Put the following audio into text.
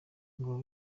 ngo